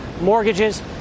mortgages